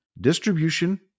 distribution